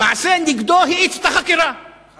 המעשה נגדו האיץ את החקירה, אין ספק.